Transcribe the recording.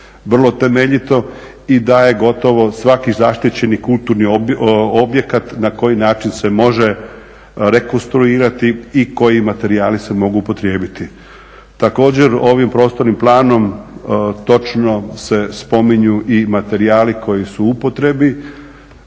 vrlo temeljito i da je gotovo svaki zaštićeni kulturni objekat na koji način se može rekonstruirati i koji materijali se mogu upotrijebiti. Također ovim prostornim planom točno se spominju i materijali koji su u upotrebi,